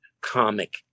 comic